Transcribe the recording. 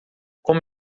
como